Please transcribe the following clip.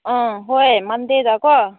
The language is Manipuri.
ꯑꯥ ꯍꯣꯏ ꯃꯟꯗꯦꯗ ꯀꯣ